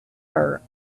her